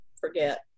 forget